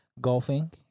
golfing